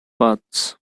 footpaths